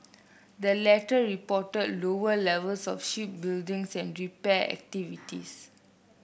the latter reported lower levels of shipbuilding and repair activities